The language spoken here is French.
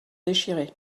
déchirées